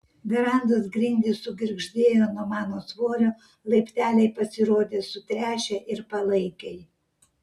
verandos grindys sugirgždėjo nuo mano svorio laipteliai pasirodė sutręšę ir palaikiai